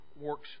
works